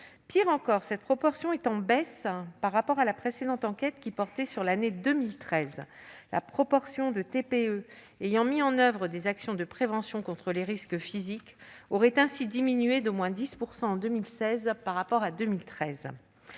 Pis encore, cette proportion est en baisse par rapport à la précédente enquête, qui portait sur l'année 2013. La proportion de TPE ayant mis en oeuvre des actions de prévention contre les risques physiques aurait ainsi diminué d'au moins 10 % entre 2013 et 2016.